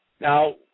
Now